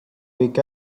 kõik